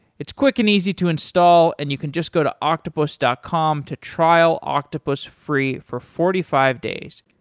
it's quick and easy to install and you can just go to octopus dot com to trial octopus free for forty five days.